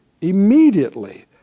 immediately